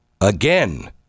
Again